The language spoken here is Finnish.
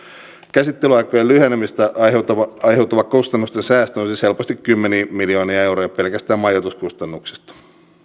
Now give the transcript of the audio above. käsittelyaikojen lyhenemisestä aiheutuva aiheutuva kustannusten säästö olisi siis helposti kymmeniä miljoonia euroja pelkästään majoituskustannuksista